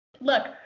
look